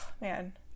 Man